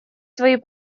свои